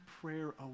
prayer